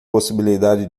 possibilidade